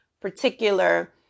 particular